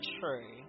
true